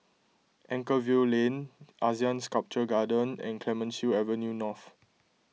Anchorvale Lane Asean Sculpture Garden and Clemenceau Avenue North